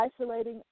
isolating